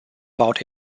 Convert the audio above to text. about